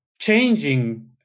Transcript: changing